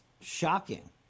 shocking